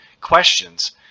questions